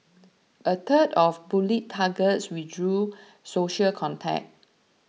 a third of bullied targets withdrew social contact